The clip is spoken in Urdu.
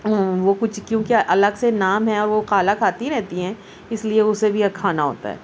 وہ کچھ کیونکہ الگ سے نام ہیں وہ خالہ کھاتی رہتی ہیں اس لیے اسے بھی یہ کھانا ہوتا ہے